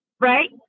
Right